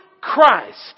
Christ